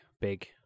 big